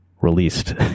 released